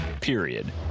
Period